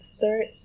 third